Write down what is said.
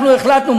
אנחנו החלטנו,